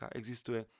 existuje